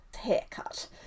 haircut